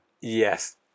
Yes